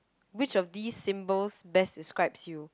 which of these symbols best describe you